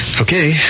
Okay